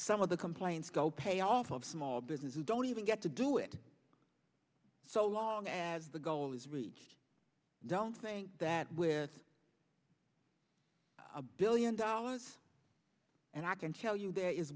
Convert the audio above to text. some of the complaints go payoff of small business we don't even get to do it so long as the goal is reached i don't think that where a billion dollars and i can tell you th